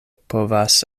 povas